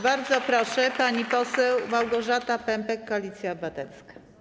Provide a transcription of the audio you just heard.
Bardzo proszę, pani poseł Małgorzata Pępek, Koalicja Obywatelska.